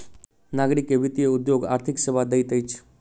नागरिक के वित्तीय उद्योग आर्थिक सेवा दैत अछि